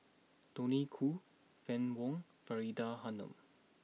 Tony Khoo Fann Wong Faridah Hanum